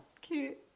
Cute